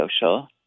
social